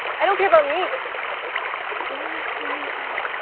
i don't care about me, but it's lauren that i'm worried about.